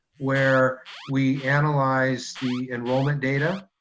where we analyze the enrollment data,